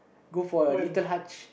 go for little